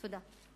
תודה.